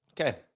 okay